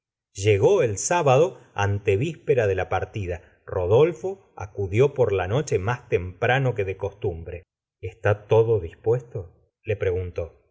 llegó el sábado antevíspera de la partida rodolfo acudió por la noche más temprano que de cos tumbre está todo dispuesto le preguntó